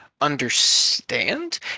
understand